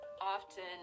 often